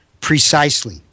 precisely